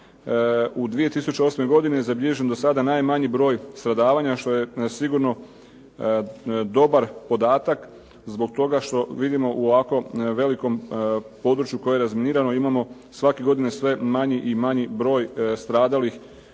U 2008. godini je zabilježen do sada najmanji broj stradavanja što je sigurno dobar podatak zbog toga što vidimo u ovako velikom području koje je razminirano imamo svake godine sve manji i manji broj stradalih